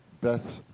Beth